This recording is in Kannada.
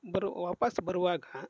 ಬರು ವಾಪಸ್ ಬರುವಾಗ